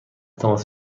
تماس